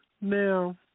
Now